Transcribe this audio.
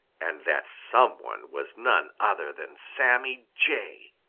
and that some one was none other than sammy jay.